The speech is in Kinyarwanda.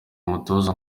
umutoza